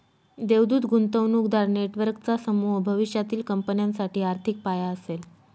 देवदूत गुंतवणूकदार नेटवर्कचा समूह भविष्यातील कंपन्यांसाठी आर्थिक पाया असेल